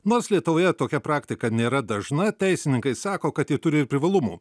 nors lietuvoje tokia praktika nėra dažna teisininkai sako kad ji turi ir privalumų